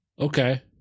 okay